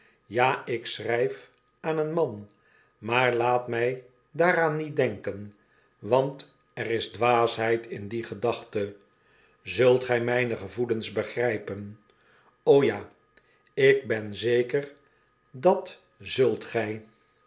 ja ik schryf aan een man maar laat my daaraan niet denken want er is dwaasheid in die gedachte zult gy myne gevoelens begrypen ja ik ben zeker dat zult gij